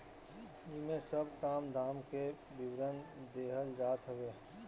इमे सब काम धाम के विवरण देहल जात हवे